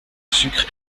sucre